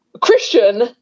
Christian